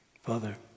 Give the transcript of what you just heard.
Father